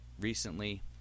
recently